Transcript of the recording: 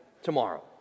tomorrow